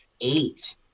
eight